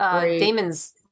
Damon's